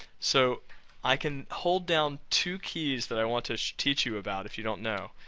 so i can hold down two keys that i want to teach you about if you don't know.